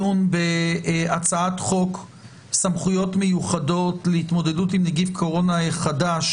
לדיון בהצעת חוק סמכויות מיוחדות להתמודדות עם נגיף קורונה החדש